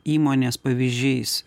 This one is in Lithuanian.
įmonės pavyzdžiais